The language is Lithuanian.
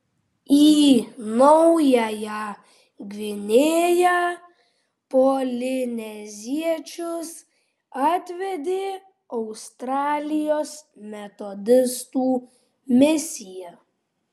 į naująją gvinėją polineziečius atvedė australijos metodistų misija